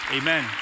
amen